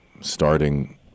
starting